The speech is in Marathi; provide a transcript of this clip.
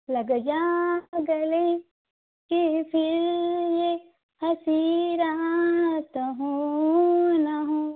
लग जा गले कि फिर ये हसीं रात हो न हो